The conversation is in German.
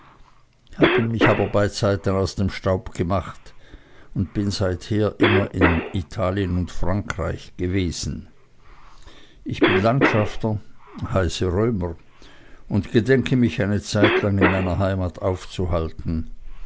habe mich aber beizeiten aus dem staube gemacht und bin seither immer in italien und frankreich gewesen ich bin landschafter heiße römer und gedenke mich eine zeitlang in meiner heimat aufzuhalten